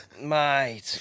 Mate